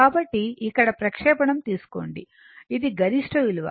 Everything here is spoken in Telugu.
కాబట్టి ఇక్కడ ప్రక్షేపణం తీసుకోండి ఇది గరిష్ట విలువ